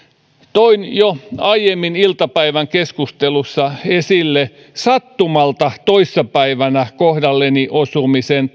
toin jo aiemmin iltapäivän keskustelussa esille sattumalta toissa päivänä kohdalleni osuneen